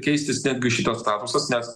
keistis netgi šitas statusas nes